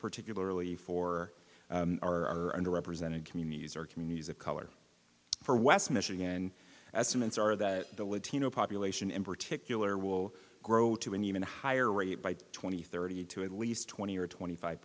particularly for our under represented communities or communities of color for west michigan estimates are that the latino population in particular will grow to an even higher rate by twenty thirty two at least twenty or twenty five